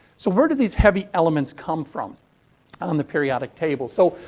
so, where did these heavy elements come from on the periodic table? so,